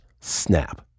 snap